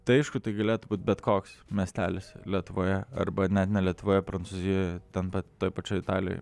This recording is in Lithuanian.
tai aišku tai galėtų būti bet koks miestelis lietuvoje arba net ne lietuvoje prancūzijoje ten pat toj pačioj italijoj